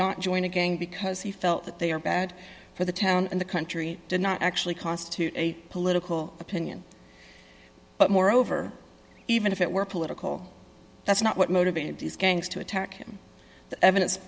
not join a gang because he felt that they are bad for the town and the country did not actually constitute eight political opinion but moreover even if it were political that's not what motivated these gangs to attack